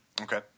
Okay